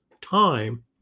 time